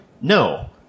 No